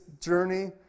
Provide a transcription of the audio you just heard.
journey